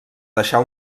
deixar